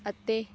ਅਤੇ